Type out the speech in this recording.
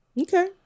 Okay